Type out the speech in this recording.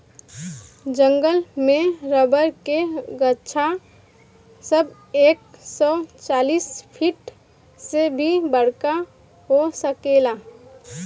जंगल में रबर के गाछ सब एक सौ चालीस फिट से भी बड़का हो सकेला